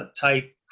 type